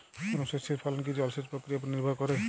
কোনো শস্যের ফলন কি জলসেচ প্রক্রিয়ার ওপর নির্ভর করে?